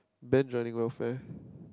Ben joining welfare